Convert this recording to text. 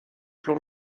plan